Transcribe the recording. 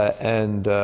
and